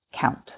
count